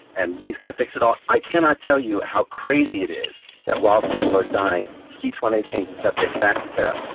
and he's going to fix it all. i cannot tell you how crazy it is that while people are dying heat when they change the subject back to tests.